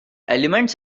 elements